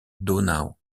donau